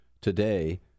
today